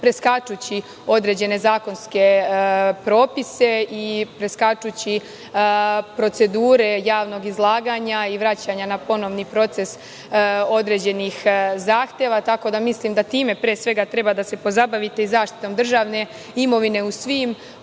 preskačući određene zakonske propise i preskačući procedure javnog izlaganja i vraćanja na ponovni proces određenih zahteva. Mislim da treba pre svega time da se pozabavite, zaštitom državne imovine u svim